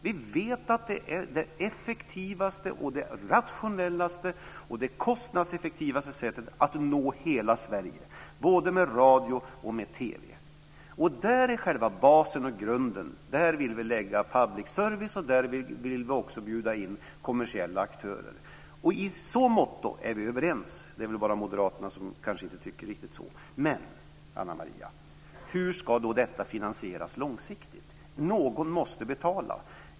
Vi vet att det är det effektivaste, rationellaste, kostnadseffektivaste sättet att nå hela Sverige, både med radio och med TV. Där är själva basen och grunden. Där vill vi lägga public service, och där vill vi bjuda in kommersiella aktörer. I så måtto är vi överens. Det är väl bara moderaterna som inte tycker riktigt så. Men hur ska detta finansieras långsiktigt, Ana Maria Narti? Någon måste betala.